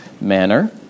manner